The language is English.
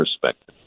perspective